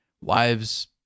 wives